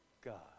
God